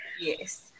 Yes